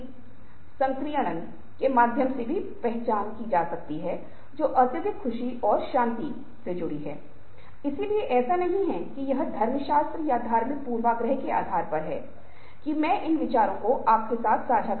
उदाहरण के लिए यदि मेरी जेब के अंदर पेन है और कोई व्यक्ति जो मुझे नहीं जानता है इस पेन को लेने की कोशिश करता है क्योंकि मेरे पास जो जेब है वह मेरा क्षेत्र है और केवल एक अंतरंग क्षेत्र तक दूसरा इंसान पहुँच सकता है